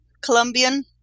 Colombian